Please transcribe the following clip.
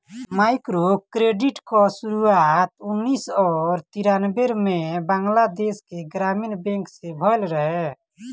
microcredit कअ शुरुआत उन्नीस और तिरानबे में बंगलादेश के ग्रामीण बैंक से भयल रहे